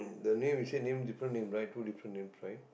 the name you say name different name right two different name right